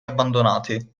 abbandonati